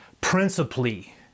principally